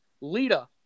Lita